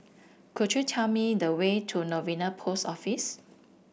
could you tell me the way to Novena Post Office